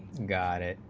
got it